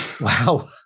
Wow